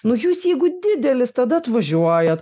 nu jūs jeigu didelis tada atvažiuojat